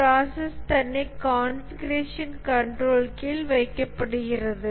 process தன்னை configuration control கீழ் வைக்கப்படுகிறது